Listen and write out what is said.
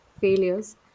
failures